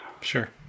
Sure